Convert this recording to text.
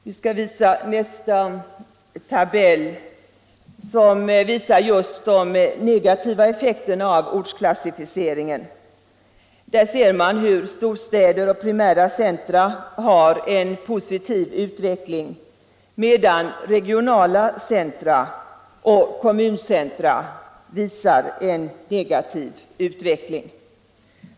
Jag skall visa nästa diagram varav framgår just de negativa effekterna av ortsklassificeringen. Man ser att storstäder och primära centra har en positiv utveckling medan regionala centra och kommuncentra visar en negativ utveckling.